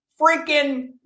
freaking